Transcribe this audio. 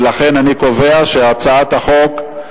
ולכן אני קובע שהצעת החוק,